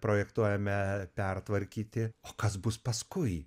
projektuojame pertvarkyti o kas bus paskui